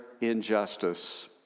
injustice